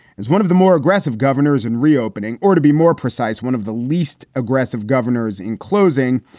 is one of the more aggressive governors in reopening or to be more precise. one of the least aggressive governors. in closing,